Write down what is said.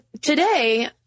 today